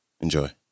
Enjoy